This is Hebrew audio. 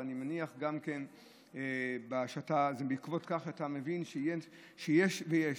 ואני מניח שבעקבות כך אתה מבין שיש ויש.